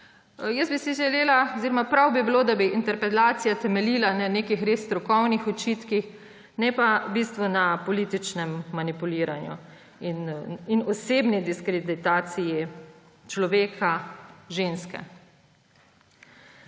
Jaz bi si želela oziroma prav bi bilo, da bi interpelacija temeljila na nekih res strokovnih očitkih, ne pa na političnem manipuliranju in osebni diskreditaciji človeka, ženske.